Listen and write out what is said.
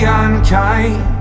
unkind